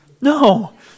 No